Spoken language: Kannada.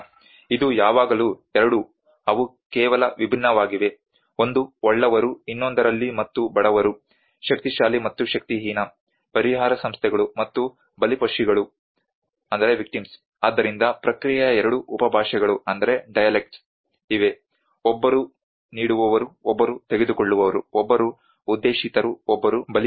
ಇದು ಯಾವಾಗಲೂ 2 ಅವು ಕೇವಲ ವಿಭಿನ್ನವಾಗಿವೆ ಒಂದು ಒಳ್ಳವರು ಇನ್ನೊಂದರಲ್ಲಿ ಮತ್ತು ಬಡವರು ಶಕ್ತಿಶಾಲಿ ಮತ್ತು ಶಕ್ತಿಹೀನ ಪರಿಹಾರ ಸಂಸ್ಥೆಗಳು ಮತ್ತು ಬಲಿಪಶುಗಳು ಆದ್ದರಿಂದ ಪ್ರಕ್ರಿಯೆಯ 2 ಉಪಭಾಷೆಗಳು ಇವೆ ಒಬ್ಬರು ನೀಡುವವರು ಒಬ್ಬರು ತೆಗೆದುಕೊಳ್ಳುವವರು ಒಬ್ಬರು ಉದ್ದೇಶಿತರು ಒಬ್ಬರು ಬಲಿಪಶು